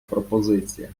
пропозиція